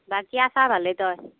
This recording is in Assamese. বাকী আছা ভালেই তই